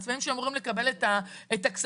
העצמאים שאמורים לקבל את הכספים,